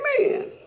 Amen